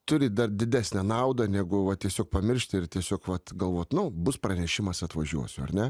turi dar didesnę naudą negu va tiesiog pamiršt ir tiesiog vat galvot nu bus pranešimas atvažiuosiu ar ne